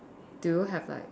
do you have like